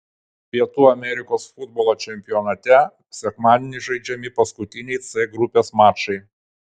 pietų amerikos futbolo čempionate sekmadienį žaidžiami paskutiniai c grupės mačai